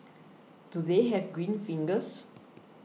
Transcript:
do they have green fingers